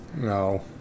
No